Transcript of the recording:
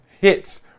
hits